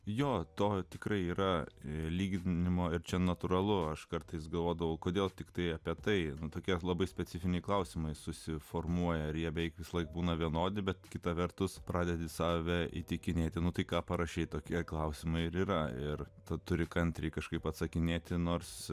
jo to tikrai yra lyginimo ir čia natūralu aš kartais galvodavau kodėl tiktai apie tai tokie labai specifiniai klausimai susiformuoja riebiai visąlaik būna vienodi bet kita vertus pradedi save įtikinėti nu tai ką parašei tokie klausimai ir yra ir tad turi kantriai kažkaip atsakinėti nors